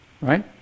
Right